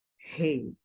hey